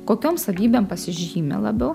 kokiom savybėm pasižymi labiau